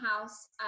house